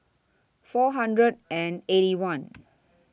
four hundred and Eighty One